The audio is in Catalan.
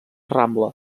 rambla